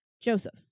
Joseph